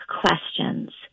questions